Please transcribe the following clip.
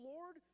Lord